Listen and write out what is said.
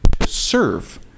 serve